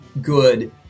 good